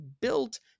built